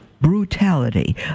brutality